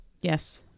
Yes